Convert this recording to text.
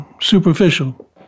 superficial